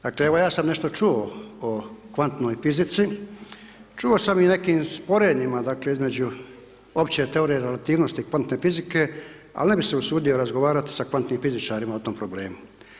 Dakle evo ja sam nešto čuo o kvantnoj fizici, čuo sam i o nekim sporednima dakle između opće teorije relativnosti i kvantne fizike, ali ne bih se usudio razgovarati sa kvantnim fizičarima o tom problemu.